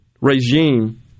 regime